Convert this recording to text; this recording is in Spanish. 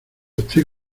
estoy